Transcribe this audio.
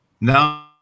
No